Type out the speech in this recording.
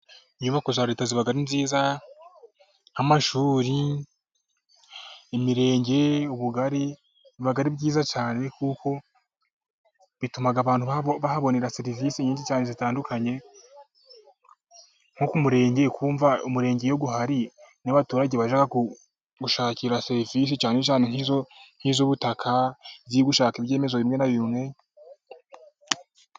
inyubako za Leta ziba ari nziza, nk'amashuri, imirenge, ubugari, biba ari byiza cyane, kuko bituma abantu bahabonera serivisi nyinshi cyane zitandukanye. Nko ku murenge haba hari n'abaturage bashaka kuhashakira serivisi cyane nkiz'ubutaka izo gushaka ibyemezo bimwe na bimwe.